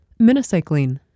Minocycline